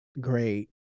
great